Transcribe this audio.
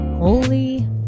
Holy